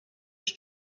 its